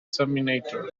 exterminator